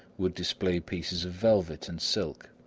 would display pieces of velvet and silk,